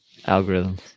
Algorithms